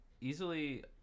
Easily